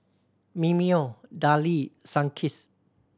Mimeo Darlie Sunkist